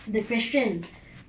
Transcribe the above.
so the question